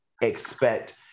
expect